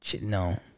No